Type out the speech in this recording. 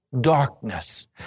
darkness